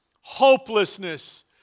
hopelessness